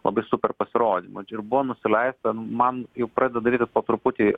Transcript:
labai super pasirodymu ir buvo nusileista nu man jau pradeda darytis po truputį